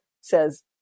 says